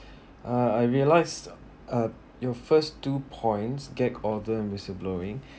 uh I realize uh your first two points get order in whistleblowing